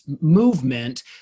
movement